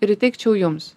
ir įteikčiau jums